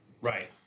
Right